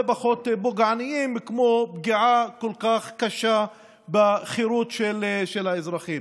פחות פוגעניים כמו פגיעה כל כך קשה בחירות של האזרחים.